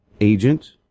agent